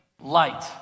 light